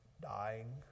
dying